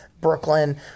Brooklyn